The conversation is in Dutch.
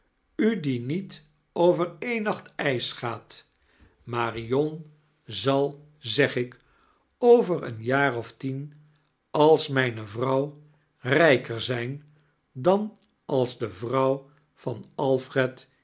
u die met aver een nacht ijs gaat marion zal zeg ik over een jaar of tien als mijne vrouw rijker zijn dan als de vrouw van alfred